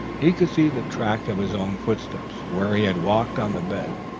he could see the track of his own footsteps, where he had walked on the bed.